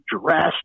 dressed